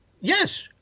Yes